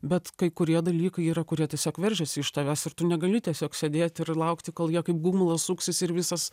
bet kai kurie dalykai yra kurie tiesiog veržiasi iš tavęs ir tu negali tiesiog sėdėti ir laukti kol jie kaip gumulas suksis ir visas